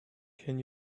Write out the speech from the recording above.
can